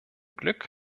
glück